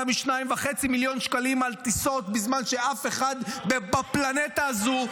מ-2.5 מיליון שקלים על טיסות בזמן שאף אחד בפלנטה הזו,